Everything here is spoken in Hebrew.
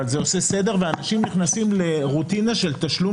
זה עושה סדר ואנשים נכנסים לרוטינה של תשלום